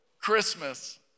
Christmas